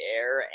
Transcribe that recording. air